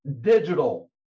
digital